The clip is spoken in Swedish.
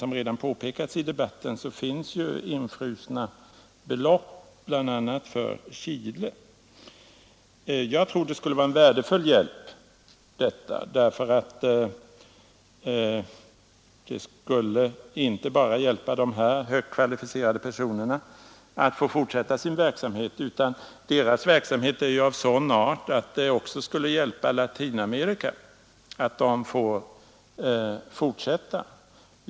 Som redan påpekats i debatten finns det infrusna belopp, bl.a. för Chile. Om forskarna kunde få fortsätta med sin verksamhet 'skulle det vara ytterst värdefullt inte bara för dessa högt kvalificerade personer själva utan också därför att den verksamheten är av sådan art att den kan bli till mycket stor hjälp för Latinamerika.